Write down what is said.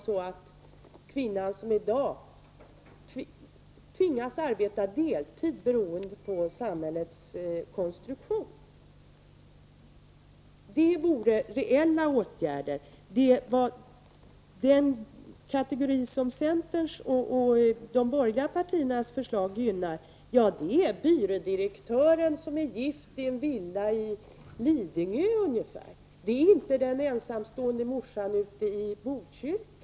Kvinnan skall inte som i dag tvingas arbeta deltid på grund av samhällets konstruktion. Den kategori som centerns och de borgerliga partiernas förslag gynnar är byrådirektören, som är gift och bor i villa i Lidingö. Det är inte den ensamstående morsan i Botkyrka.